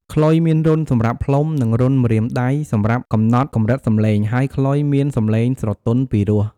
ខ្លុយមានរន្ធសម្រាប់ផ្លុំ និងរន្ធម្រាមដៃសម្រាប់កំណត់កម្រិតសំឡេង ហើយខ្លុយមានសំឡេងស្រទន់ពីរោះ។